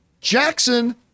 Jackson